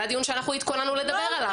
זה הדיון שאנחנו התכוננו לדבר עליו.